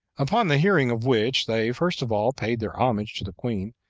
upon the hearing of which, they first of all paid their homage to the queen,